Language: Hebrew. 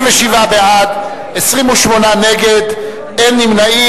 57 בעד, 28 נגד, אין נמנעים.